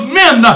men